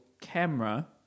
camera